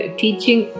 teaching